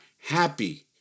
happy